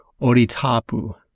oritapu